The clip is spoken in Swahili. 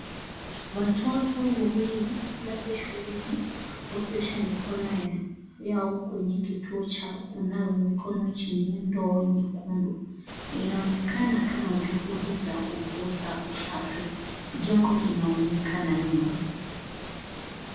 Watoto wawili labda shuleni wakiosha mikono yao kwenye kituo cha kunawa mikono chenye ndoo nyekundu, inaonekana kama juhudi za kukuza usafi, jengo linaonekana nyuma.